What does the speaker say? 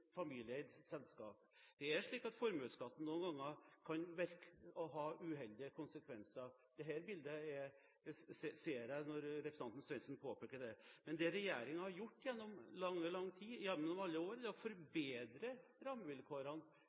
familieeid selskap. Det er slik at formuesskatten noen ganger kan ha uheldige konsekvenser – det bildet ser jeg når representanten Svendsen påpeker det. Men det regjeringen har gjort i lang tid – gjennom alle år – er å forbedre rammevilkårene